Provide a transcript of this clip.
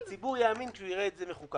הציבור יאמין כשהוא יראה את זה מחוקק.